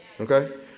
Okay